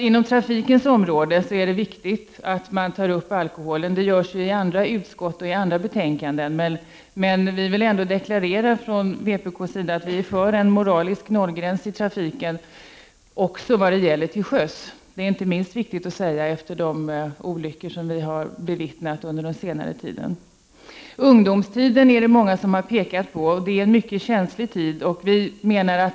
Inom trafikens område är det viktigt att ta upp alkoholen. Det görs av andra utskott och i andra betänkanden, men vi vill ändå från vpk deklarera att vi är för en moralisk nollgräns i trafiken, också till sjöss — det är inte minst viktigt att säga efter de olyckor som vi har bevittnat under senare tid. Ungdomstiden, som många har pekat på, är en mycket känslig tid.